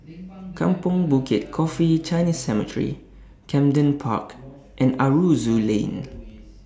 Kampong Bukit Coffee Chinese Cemetery Camden Park and Aroozoo Lane